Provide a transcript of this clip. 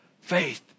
faith